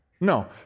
No